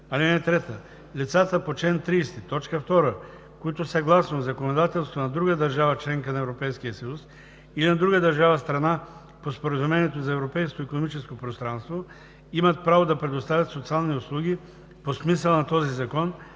лиценз. (3) Лицата по чл. 30, т. 2, които съгласно законодателството на друга държава – членка на Европейския съюз, или на друга държава – страна по Споразумението за Европейското икономическо пространство, имат право да предоставят социални услуги по смисъла на този закон,